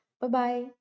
Bye-bye